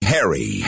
Harry